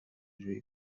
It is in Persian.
جویی